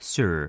Sir